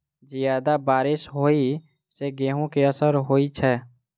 जियादा बारिश होइ सऽ गेंहूँ केँ असर होइ छै?